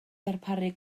ddarparu